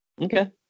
Okay